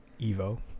Evo